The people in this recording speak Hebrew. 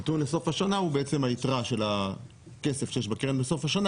הנתון לסוף השנה הוא בעצם היתרה של הכסף שיש בקרן בסוף השנה,